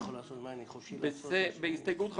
הסתייגות 56: